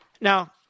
Now